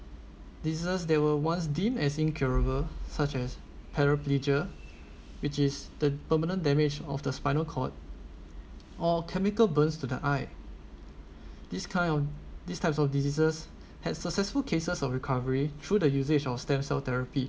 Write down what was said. disease that were once deemed as incurable such as paraplegia which is the permanent damage of the spinal cord or chemical burns to the eye this kind of these types of diseases had successful cases of recovery through the usage of stem cell therapy